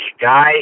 guy